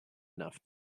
enough